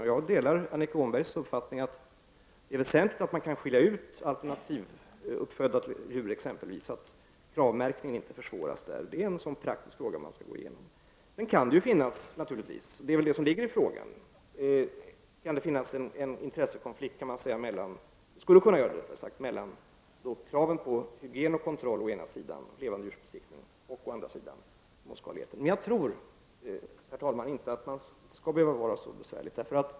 Och jag delar Annika Åhnbergs uppfattning att det är väsentligt att man kan skilja ut t.ex. alternativuppfödda djur och att KRAV-märkningen inte försvåras i detta sammanhang. Det är en praktisk fråga som man måste ta ställning till. Sedan skulle det naturligtvis kunna finnas en intressekonflikt mellan kraven på hygien och kontroll å ena sidan, levandedjursbesiktning, och å andra sidan småskaligheten. Men jag tror inte, herr talman, att detta skall behöva vara så besvärligt.